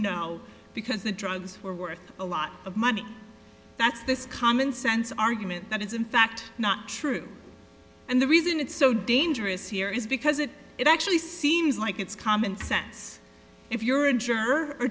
know because the drugs were worth a lot of money that's this common sense argument that is in fact not true and the reason it's so dangerous here is because it it actually seems like it's common sense if you're a juror or